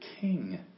king